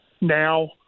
now